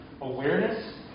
awareness